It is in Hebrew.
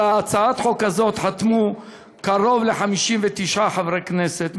על הצעת החוק הזאת חתמו קרוב ל-59 חברי כנסת,